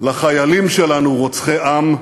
לחיילים שלנו, רוצחי עם,